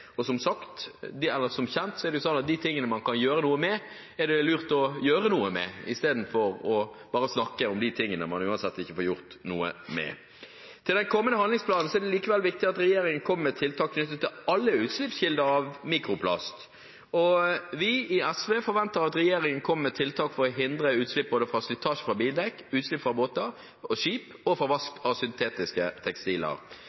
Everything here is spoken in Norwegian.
lurt å gjøre noe med i stedet for bare å snakke om de tingene man uansett ikke får gjort noe med. Til den kommende handlingsplanen er det likevel viktig at regjeringen kommer med tiltak knyttet til alle utslippskilder for mikroplast. Vi i SV forventer at regjeringen kommer med tiltak for å hindre utslipp fra slitasje fra bildekk, utslipp fra båter og skip og fra vask av syntetiske tekstiler.